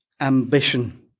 ambition